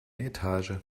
etage